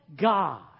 God